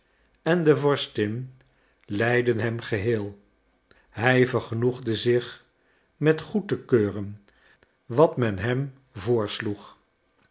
en de vorstin leidden hem geheel hij vergenoegde zich met goed te keuren wat men hem